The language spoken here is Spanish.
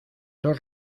dos